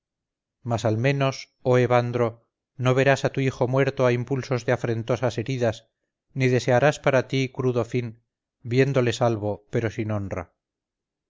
mas al menos oh evandro no verás a tu hijo muerto a impulsos de afrentosas heridas ni desearás para ti crudo fin viéndole salvo pero sin honra